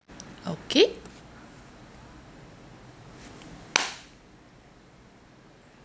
okay